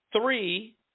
three